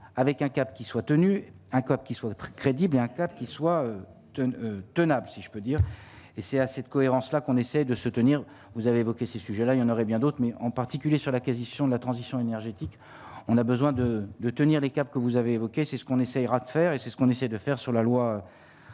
avec un cap qui soient tenu un coq qui soit être crédible et un cap qui soient tenus tenable si je peux dire et c'est à cette cohérence-là qu'on essaie de se tenir, vous avez évoqué ces sujets-là, il y en aurait bien d'autres, mais en particulier sur la quasi-sur la transition énergétique, on a besoin de de tenir les caps que vous avez évoqué, c'est ce qu'on essayera de faire et c'est ce qu'on essaie de faire sur la loi